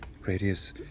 Radius